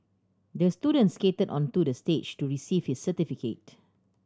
the student skated onto the stage to receive his certificate